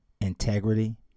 integrity